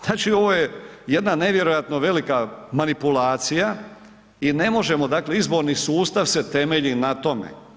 Znači ovo je jedna nevjerojatno velika manipulacija i ne možemo dakle, izborni sustav se temelju na tome.